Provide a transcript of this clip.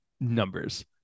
numbers